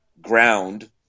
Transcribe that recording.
ground